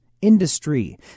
industry